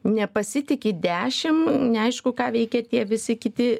nepasitiki dešim neaišku ką veikia tie visi kiti